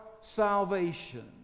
salvation